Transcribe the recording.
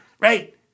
Right